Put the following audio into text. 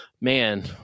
Man